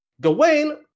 Gawain